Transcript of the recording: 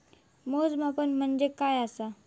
मोजमाप म्हणजे काय असा?